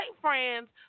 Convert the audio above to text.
friends